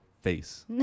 face